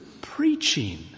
preaching